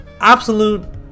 absolute